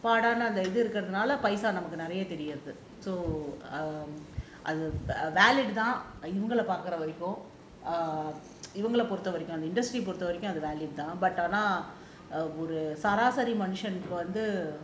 அந்த இது இருக்கறதுனால பைசா நமக்கு நிறையா தெரியுறதுதான் இவங்கள பாக்குற வரைக்கும் இவங்கள பொறுத்த வரைக்கும் வந்த பொறுத்த வரைக்கும் ஆனா ஒரு சராசரி மனுசனுக்கு வந்து:antha ithu irukurathunaala paisaa nammakku niraiyaa teriyurathuthaan ivangala pakkura varaikum ivangala porutha varaikum antha porutha varaikum aana oru saraasari manusanukku vanthu